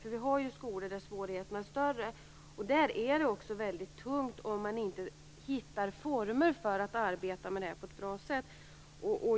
Det finns ju skolor där svårigheterna är större, och där är det väldigt tungt om man inte hittar former för att arbeta med detta på ett bra sätt.